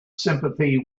sympathy